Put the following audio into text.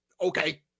okay